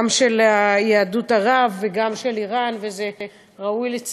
גם של יהדות ערב וגם של יהדות איראן,